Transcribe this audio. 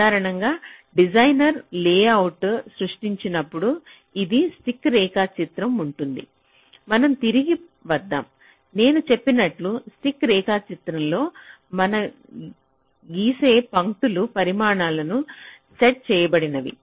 సాధారణంగా డిజైనర్ లేఅవుట్ను సృష్టించినప్పుడు ఇది స్టిక్ రేఖాచిత్రం ఉంటుంది మనం తిరిగి వద్దాం నేను చెప్పినట్లుగా స్టిక్ రేఖాచిత్రంలో మనం గీసే పంక్తులు పరిమాణాలను సెట్ చేయబడినవి